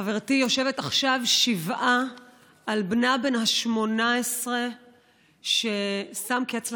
חברתי יושבת עכשיו שבעה על בנה בן ה-18 ששם קץ לחייו.